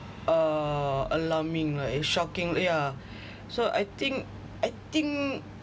uh alarming lah is shocking yeah so I think I think